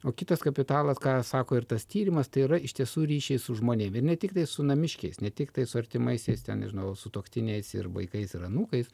o kitas kapitalas ką sako ir tas tyrimas tai yra iš tiesų ryšiai su žmonėm ne tiktai su namiškiais ne tik tai su artimaisiais ten nežinau sutuoktiniais ir vaikais ir anūkais